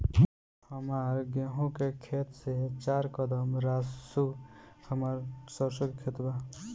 हमार गेहू के खेत से चार कदम रासु हमार सरसों के खेत बा